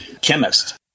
chemist